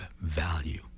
value